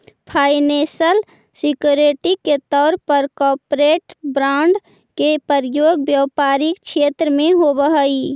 financial security के तौर पर कॉरपोरेट बॉन्ड के प्रयोग व्यापारिक क्षेत्र में होवऽ हई